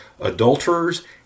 adulterers